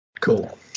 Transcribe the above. Cool